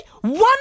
one